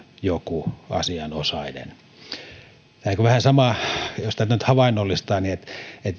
joku asianosainen tämä on vähän sama jos tätä nyt vähän havainnollistaa kuin se että